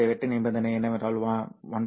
இந்த வெட்டு நிபந்தனை என்னவென்றால் 1